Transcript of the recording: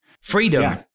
Freedom